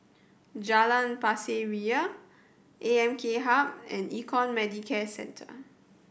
Jalan Pasir Ria A M K Hub and Econ Medicare Centre